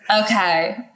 Okay